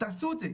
תעשו את זה,